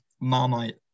Marmite